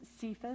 cephas